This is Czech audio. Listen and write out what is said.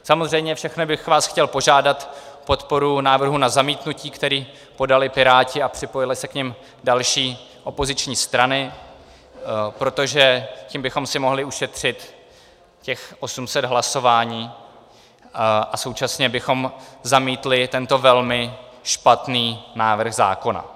Samozřejmě všechny bych vás chtěl požádat o podporu návrhu na zamítnutí, který podali Piráti, a připojily se k němu další opoziční strany, protože tím bychom si mohli ušetřit těch 800 hlasování, a současně bychom zamítli tento velmi špatný návrh zákona.